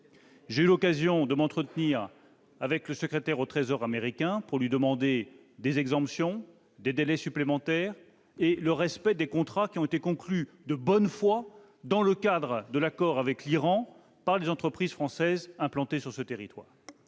J'ai eu l'occasion de m'entretenir avec le secrétaire au Trésor américain pour lui demander des exemptions, des délais supplémentaires, ainsi que le respect des contrats conclus de bonne foi, dans le cadre de l'accord signé avec l'Iran, par les entreprises françaises implantées dans ce pays.